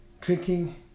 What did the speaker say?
drinking